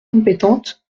compétentes